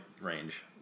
range